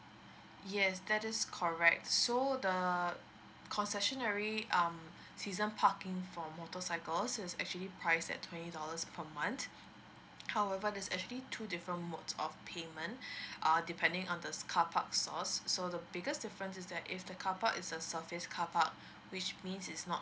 yes that is correct so the concessionary um season parking for motorcycles is actually priced at twenty dollars per month however there's actually two different modes of payment uh depending on the car parks source so the biggest difference is that is the couple is the surface car park which means she's not